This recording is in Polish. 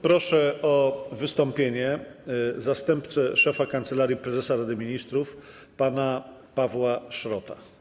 Proszę o wystąpienie zastępcę szefa Kancelarii Prezesa Rady Ministrów pana Pawła Szrota.